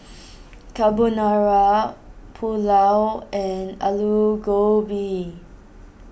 Carbonara Pulao and Alu Gobi